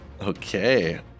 Okay